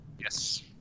yes